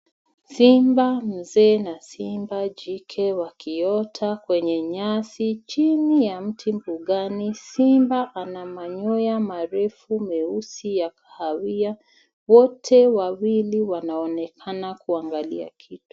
Simba mzee na simba jike wakiota kwenye nyasi chini ya mti mbugani. Simba ana manyoya marefu meusi ya kahawia. Wote wawili wanaonekana kuangalia kitu.